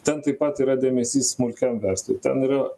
ten taip pat yra dėmesys smulkiam verslui ten yra